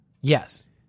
Yes